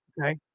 okay